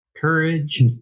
Courage